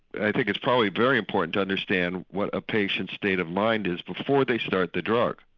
i think it's probably very important to understand what a patient's state of mind is before they start the drug.